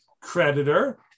creditor